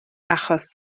achos